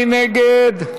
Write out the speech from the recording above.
מי נגד?